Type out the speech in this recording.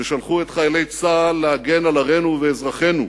ששלחו את חיילי צה"ל להגן על ערינו ועל אזרחינו,